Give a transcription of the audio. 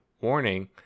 warning